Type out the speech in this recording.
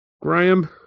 Graham